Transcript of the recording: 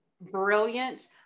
brilliant